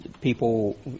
people